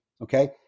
Okay